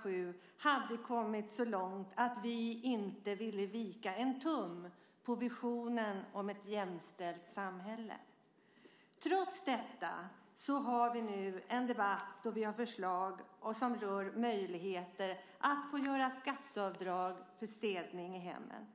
2006 hade kommit så långt att vi inte ville vika en tum från visionen om ett jämställt samhälle. Trots detta har vi nu en debatt där vi har förslag som rör möjligheter att få göra skatteavdrag för städning i hemmen.